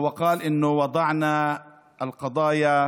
(אומר דברים בשפה הערבית,